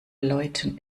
leuten